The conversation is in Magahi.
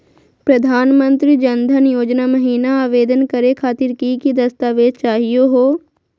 प्रधानमंत्री जन धन योजना महिना आवेदन करे खातीर कि कि दस्तावेज चाहीयो हो?